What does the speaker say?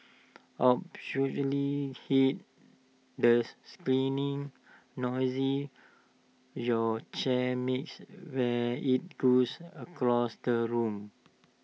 absolutely hate the noise your chair makes when IT goes across the room